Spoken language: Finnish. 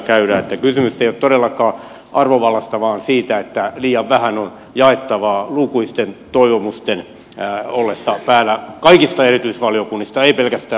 kysymys ei ole todellakaan arvovallasta vaan siitä että liian vähän on jaettavaa lukuisten toivomusten ollessa päällä kaikista erikoisvaliokunnista ei pelkästään ulkoasiainvaliokunnasta